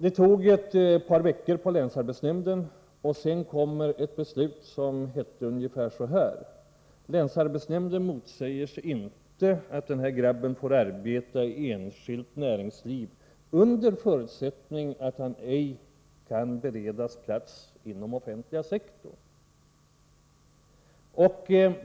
Efter ett par veckor kom ett beslut från länsarbetsnämnden där det stod ungefär så här: Länsarbetsnämnden motsätter sig inte att den här grabben får arbeta i det enskilda näringslivet under förutsättning att han ej kan beredas plats inom den offentliga sektorn.